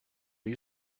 you